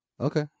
Okay